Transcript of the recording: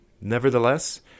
Nevertheless